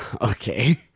Okay